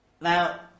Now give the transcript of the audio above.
Now